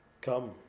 come